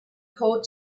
called